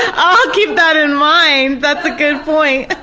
i'll keep that in mind, that's a good point.